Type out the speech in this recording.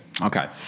Okay